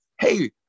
Hey